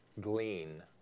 glean